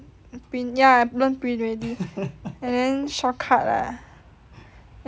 print ya learnt print already and then shortcut lah and